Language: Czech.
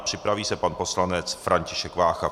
Připraví se pan poslanec František Vácha.